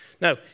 Now